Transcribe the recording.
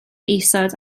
isod